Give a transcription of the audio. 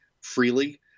freely